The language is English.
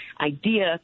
idea